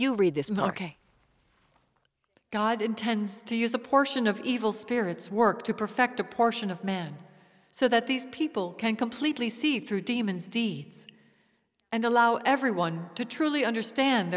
you read this and god intends to use a portion of evil spirits work to perfect a portion of man so that these people can completely see through demons deeds and allow everyone to truly understand